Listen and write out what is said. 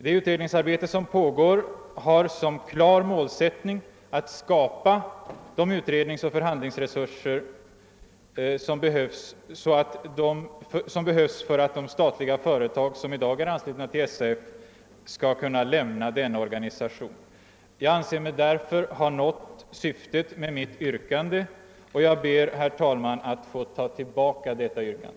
Det utredningsarbete som pågår har som klar målsättning att skapa de utredningsoch förhandlingsresurser som behövs för att de statliga företag, som i dag är anslutna till Svenska arbetsgivareföreningen, skall kunna lämna denna organisation. Jag anser mig därför ha nått syftet med det yrkande jag ställde och ber, herr talman, att få ta tillbaka yrkandet.